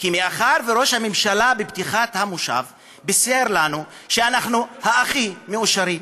מאחר שראש הממשלה בפתיחת המושב בישר לנו שאנחנו הכי מאושרים,